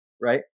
right